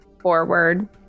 forward